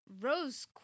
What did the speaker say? Rose